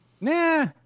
nah